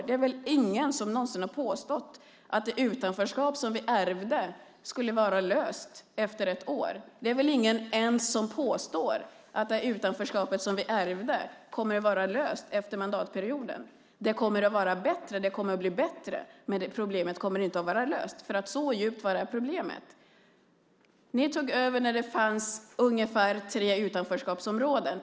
Det är väl ingen som någonsin har påstått att det utanförskap som vi ärvde skulle vara löst efter ett år. Det är väl ens ingen som påstår att det utanförskap som vi ärvde kommer att vara löst efter mandatperioden. Det kommer att vara bättre och bli bättre, men problemet kommer inte att vara löst. Så djupt är problemet. Ni tog över när det fanns ungefär tre utanförskapsområden.